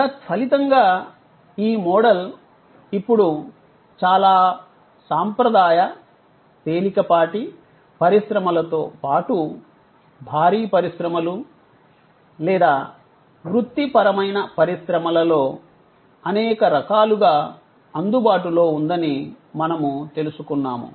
తత్ఫలితంగా ఈ మోడల్ ఇప్పుడు చాలా సాంప్రదాయ తేలికపాటి పరిశ్రమలతో పాటు భారీ పరిశ్రమలు లేదా వృత్తిపరమైన పరిశ్రమలలో అనేక రకాలుగా అందుబాటులో ఉందని మనము తెలుసుకున్నాము